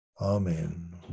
Amen